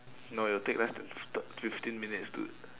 no it'll take less than thir~ fifteen minutes to